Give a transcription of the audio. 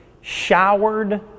showered